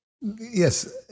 yes